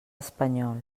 espanyol